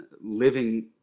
living